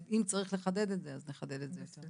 ואם צריך לחדד את זה אז נחדד את זה יותר.